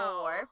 War